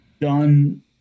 done